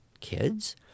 kids